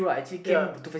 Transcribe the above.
ya